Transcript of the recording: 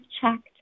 checked